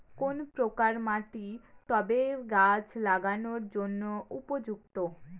কোন প্রকার মাটি টবে গাছ লাগানোর জন্য উপযুক্ত?